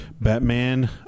Batman